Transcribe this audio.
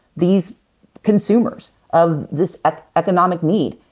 these consumers of this economic need,